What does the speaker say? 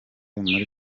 muri